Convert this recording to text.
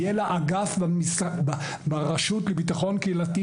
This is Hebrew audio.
יהיה לה אגף ברשות לביטחון קהילתי,